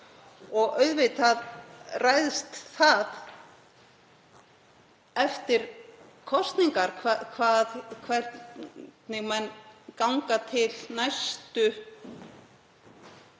Og auðvitað ræðst það eftir kosningar hvernig menn ganga til næsta